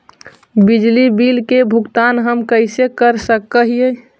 बिजली बिल के भुगतान हम कैसे कर सक हिय?